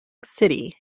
city